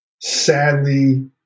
sadly